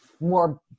more